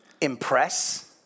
impress